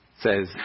Says